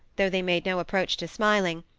though they made no approach to smiling,